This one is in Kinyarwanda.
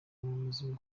muzima